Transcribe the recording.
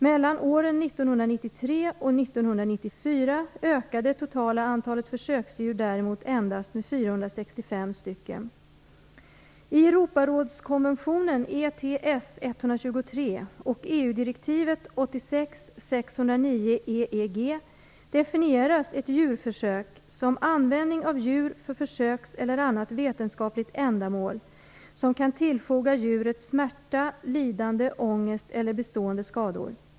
Från år 1993 till 1994 ökade det totala antalet försöksdjur däremot endast med 465. "användning av djur för försöks eller annat vetenskapligt ändamål som kan tillfoga djuret smärta, lidande, ångest eller bestående skador".